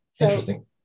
Interesting